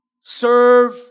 serve